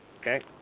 Okay